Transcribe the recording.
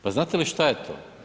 Pa znate li šta je to?